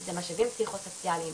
זה משאבים פסיכוסוציאליים,